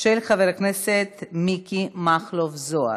של חבר הכנסת מיקי מכלוף זוהר,